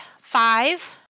five